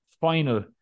final